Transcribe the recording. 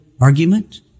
argument